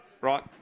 right